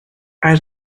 aur